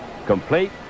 Complete